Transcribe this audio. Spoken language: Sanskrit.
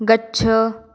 गच्छ